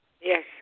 Yes